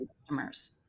customers